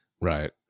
right